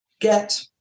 get